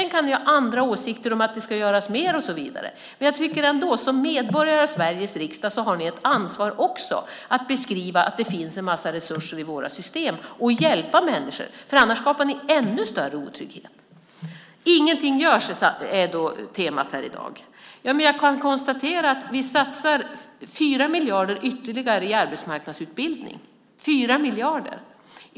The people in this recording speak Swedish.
Ni kan ha andra åsikter om att det ska göras mer och så vidare, men som medlemmar av Sveriges riksdag har ni ett ansvar att beskriva att det finns en massa resurser i systemet för att hjälpa människor. Annars skapar ni ännu större otrygghet. Inget görs, är temat i dag. Vi satsar 4 miljarder ytterligare i arbetsmarknadsutbildning.